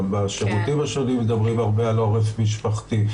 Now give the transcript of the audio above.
בשירותים השונים מדברים הרבה על עורף משפחתי.